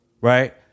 Right